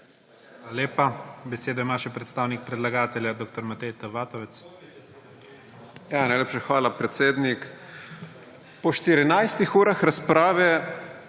Hvala